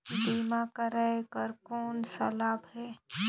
बीमा कराय कर कौन का लाभ है?